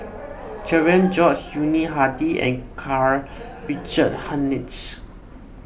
Cherian George Yuni Hadi and Karl Richard Hanitsch